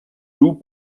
loup